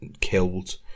killed